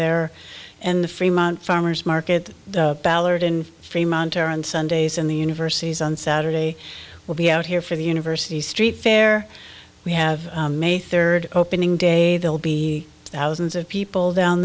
there and the fremont farmer's market ballard and fremont are on sundays in the universities on saturday will be out here for the university street fair we have may third opening day they'll be thousands of people down